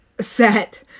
set